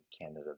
Canada